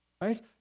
Right